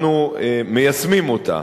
אנחנו מיישמים אותה.